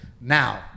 Now